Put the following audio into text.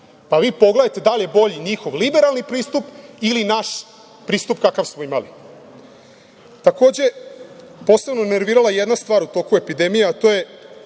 Pa vi pogledajte da li je bolji njihov liberalni pristup ili naš pristup kakav smo imali. Takođe, posebno me nervirala jedna stvar u toku epidemije, a to je